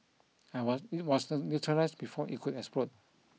I was it was neutralised before it could explode